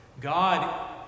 God